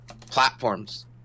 platforms